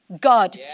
God